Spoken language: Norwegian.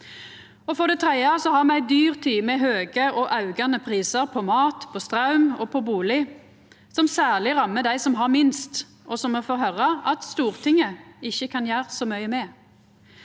For det tredje har me ei dyrtid med høge og aukande prisar på mat, straum og bustad, noko som særleg rammar dei som har minst, og som me får høyra at Stortinget ikkje kan gjera så mykje med.